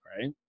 right